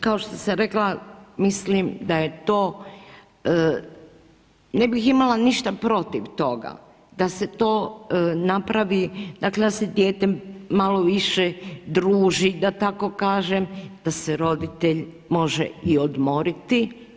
Kao što sam rekla mislim da je to, ne bih imala ništa protiv toga da se to napravi dakle da se dijete malo više druži da tako kažem, da se roditelj može i odmoriti.